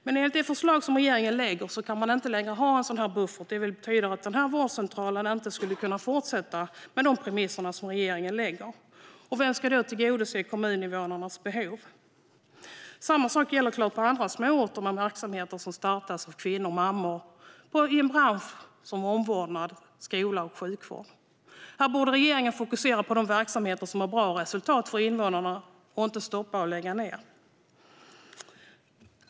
Men enligt det förslag som regeringen lägger fram kan man inte längre ha en sådan här buffert. Det betyder att denna vårdcentral inte skulle kunna fortsätta på de premisser som regeringens förslag innebär. Vem ska då tillgodose kommuninvånarnas behov? Samma sak gäller såklart på andra småorter med verksamheter som har startats av kvinnor, mammor och andra i branscher som omvårdnad, skola och sjukvård. Här borde regeringen fokusera på de verksamheter som har bra resultat för invånarna, och inte stoppa och lägga ned.